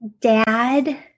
dad